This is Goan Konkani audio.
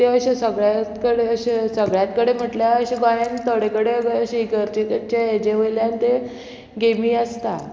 ते अशे सगळ्यात कडेन अशे सगळ्यात कडेन म्हटल्यार अशे गोंयान थोडे कडेन अशे इगर्जेक हेजे वयल्यान ते गेमी आसता